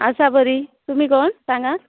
आसा बरी तुमी कोण सांगात